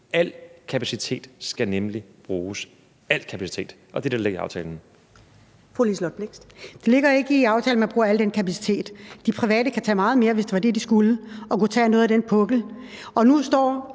(Karen Ellemann): Fru Liselott Blixt. Kl. 16:07 Liselott Blixt (DF): Det ligger ikke i aftalen, at man bruger al den kapacitet. De private kan tage meget mere, hvis det var det, de skulle, og kunne tage noget af den pukkel, og nu står